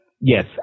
Yes